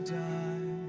die